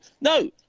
No